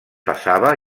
passava